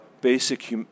basic